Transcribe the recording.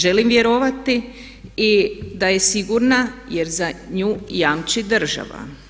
Želim vjerovati da je sigurna jer za nju jamči država.